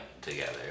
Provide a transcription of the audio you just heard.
together